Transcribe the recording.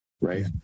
Right